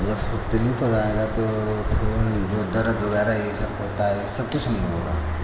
जब फुर्तीलीपन आएगा तो ये जो दर्द वगैरह ये सब होता है ये सब कुछ नहीं होगा